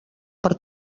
per